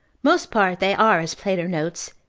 most part they are, as plater notes,